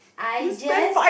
I just